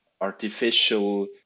artificial